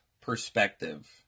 perspective